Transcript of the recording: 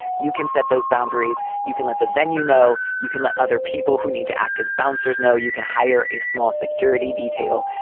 you can set those boundaries. you can let the venue know. you can let other people who need to act as bouncers know. you can hire a small security detail.